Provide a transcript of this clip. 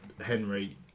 Henry